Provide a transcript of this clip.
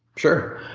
sure,